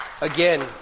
Again